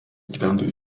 gyventojai